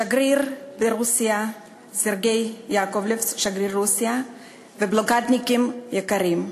שגריר רוסיה סרגיי יעקובלב ובלוקדניקים יקרים,